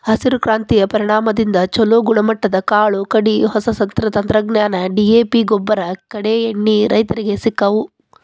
ಹಸಿರು ಕ್ರಾಂತಿಯ ಪರಿಣಾಮದಿಂದ ಚುಲೋ ಗುಣಮಟ್ಟದ ಕಾಳು ಕಡಿ, ಹೊಸ ತಂತ್ರಜ್ಞಾನ, ಡಿ.ಎ.ಪಿಗೊಬ್ಬರ, ಕೇಡೇಎಣ್ಣಿ ರೈತರಿಗೆ ಸಿಕ್ಕವು